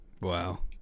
Wow